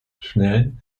schnell